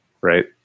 right